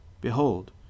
Behold